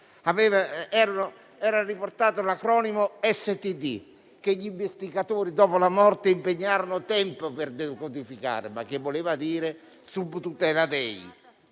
era riportato l'acronimo STD, che gli investigatori, dopo la morte, impiegarono tempo per decodificare, ma che voleva dire *sub tutela Dei.*